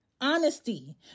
honesty